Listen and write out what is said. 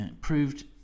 proved